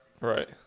Right